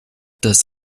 des